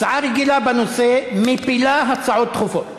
הצעה רגילה בנושא מפילה הצעות דחופות,